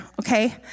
Okay